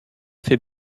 fait